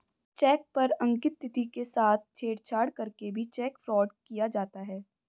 check पर अंकित तिथि के साथ छेड़छाड़ करके भी चेक फ्रॉड किया जाता है